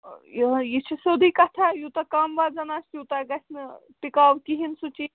یِہوٚے یہِ چھِ سیوٚدُے کَتھاہ یوٗتاہ کَم وَزَن آسہِ تیوٗتاہ گژھِ نہٕ ٹِکاو کِہیٖنۍ سُہ چی